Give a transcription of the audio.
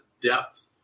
depth